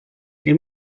die